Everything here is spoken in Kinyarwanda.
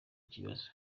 kibazo